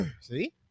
See